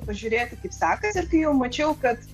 pažiūrėti kaip sekasi ir kai jau mačiau kad